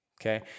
Okay